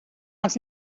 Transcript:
els